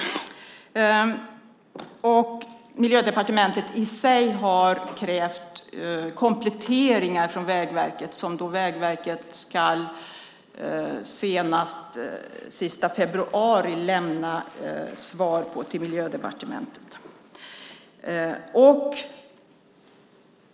Miljödepartementet har krävt att Vägverket ska lämna kompletteringar senast den 28 februari till Miljödepartementet.